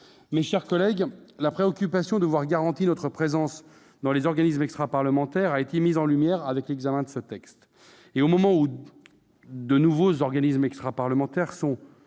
Mes chers collègues, la préoccupation de voir garantie notre présence dans les organismes extraparlementaires a été mise en lumière avec l'examen de ce texte. Au moment où de nouveaux organismes de ce type sont,